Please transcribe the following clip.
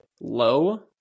low